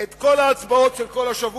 את כל ההצבעות של כל השבוע,